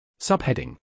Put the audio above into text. Subheading